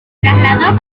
trasladó